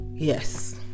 Yes